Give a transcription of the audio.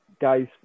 guys